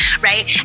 right